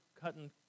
cutting